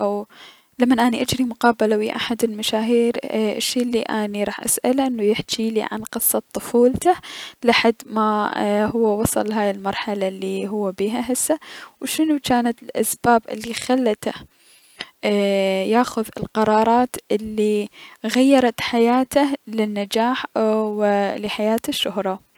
لمن اني اجري مقابلة ويا احد المشاهير الشي الي اني راح اسأله انو يحجيلي عن قصة طفولته لحد ما هو وصل لهاي المرحلة الي هو بيها هسة، و شنو الأسباب الي خلته اي- ياخذ القرارات الي غيرت حياته لنجاح و حياة الشهرة.